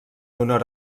honor